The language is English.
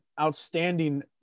outstanding